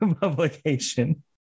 publication